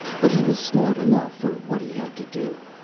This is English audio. but he was smart enough for what he had to do.